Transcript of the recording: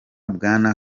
bwana